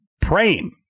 praying